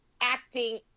acting